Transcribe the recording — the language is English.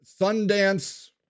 Sundance